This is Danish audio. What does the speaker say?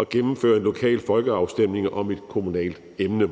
at gennemføre en lokal folkeafstemning om et kommunalt emne.